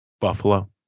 Buffalo